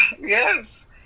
yes